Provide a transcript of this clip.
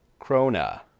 Krona